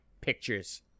pictures